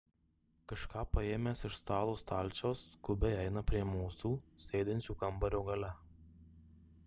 kažką paėmęs iš stalo stalčiaus skubiai eina prie mūsų sėdinčių kambario gale